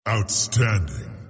Outstanding